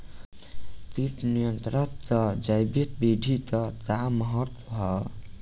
कीट नियंत्रण क जैविक विधि क का महत्व ह?